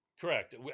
Correct